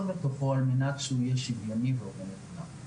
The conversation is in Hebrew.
בתוכו על מנת שהוא שוויוני והוגן לכולם.